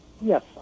Yes